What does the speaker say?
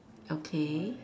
okay